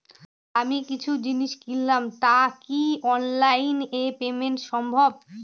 আমি কিছু জিনিস কিনলাম টা কি অনলাইন এ পেমেন্ট সম্বভ?